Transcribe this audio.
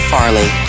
Farley